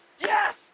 Yes